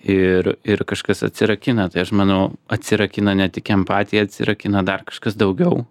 ir ir kažkas atsirakina tai aš manau atsirakina ne tik empatija atsirakina dar kažkas daugiau